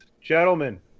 Gentlemen